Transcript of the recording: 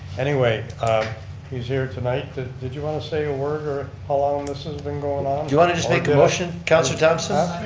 anyway he's here tonight. did did you want to say a word or ah long this has been going on? do you want to just make a motion, councillor thomson?